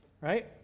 right